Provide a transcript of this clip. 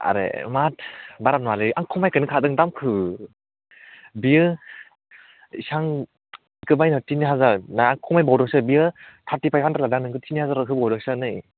आरे माद बारा नङालै आं खमायगोन होनखादों दामखौ बेयो बेसांखौ बायनो थिनि हाजार ना खमायबावदोंसो बेयो थारथिफाइभ हानद्रेद लादों आं नोंखौ थिनि हाजाराव होबावदोंसो आं नै